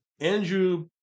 Andrew